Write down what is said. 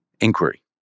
Inquiry